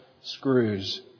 screws